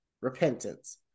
Repentance